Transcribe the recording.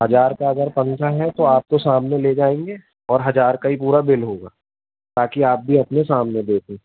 हज़ार का अगर पंखा है तो आपको सामने ले जाएंगे और हज़ार का ही पूरा बिल होगा ताकि आप भी अपने सामने देखें